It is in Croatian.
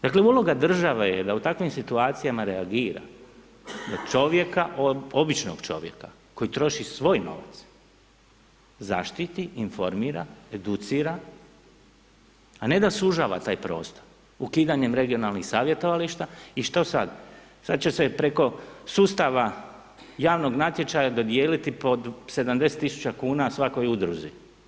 Dakle uloga države je da u takvim situacijama reagira, da čovjeka, običnog čovjeka koji troši svoj novac zaštititi, informira, educira a ne da sužava taj prostor ukidanje regionalnih savjetovališta i što sad, sad će se preko sustava javnog natječaja dodijeliti po 70 000 kuna svakoj udruzi.